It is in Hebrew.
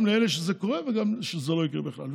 גם לאלה שזה קורה להם וגם כדי שזה לא יקרה בכלל.